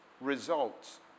results